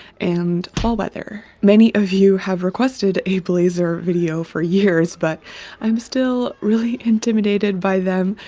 and fall weather. many of you have requested a blazer video for years but i'm still really intimidated by them.